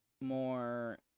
more